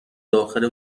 داخل